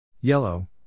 Yellow